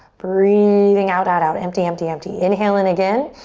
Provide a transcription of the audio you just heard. breathing out, out, out, empty, empty, empty. inhale in again.